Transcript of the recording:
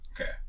Okay